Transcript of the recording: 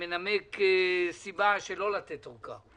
מנמק סיבה שלא לתת אורכה?